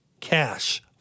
cash